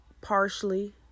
partially